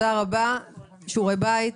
שיעורי בית.